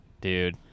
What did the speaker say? dude